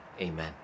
Amen